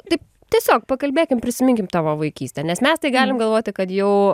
taip tiesiog pakalbėkim prisiminkim tavo vaikystę nes mes tai galim galvoti kad jau